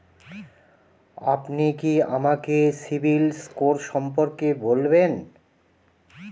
আপনি কি আমাকে সিবিল স্কোর সম্পর্কে বলবেন?